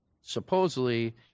supposedly